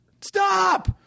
Stop